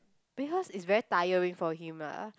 because it's very tiring for him lah